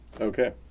Okay